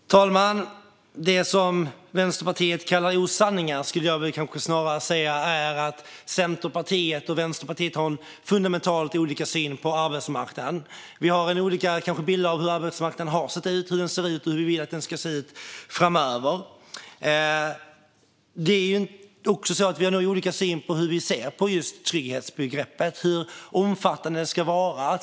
Fru talman! Det som Vänsterpartiet kallar osanningar skulle jag snarare säga är att Centerpartiet och Vänsterpartiet har fundamentalt olika syn på arbetsmarknaden. Vi har olika bilder av hur arbetsmarknaden har sett ut, hur den ser ut och hur vi vill att den ska se ut framöver. Vi har nog olika syn på hur vi ser på just trygghetsbegreppet och hur omfattande det ska vara.